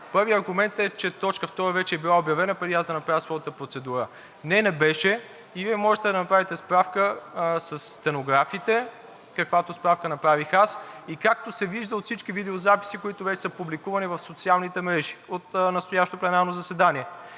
Първият аргумент е, че точка втора вече е била обявена преди аз да направя своята процедура. Не, не беше и Вие можете да направите справка със стенографите, каквато справка направих аз, и както се вижда от всички видеозаписи, които вече са публикувани в социалните мрежи от настоящето пленарно заседание.